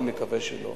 אני מקווה שלא.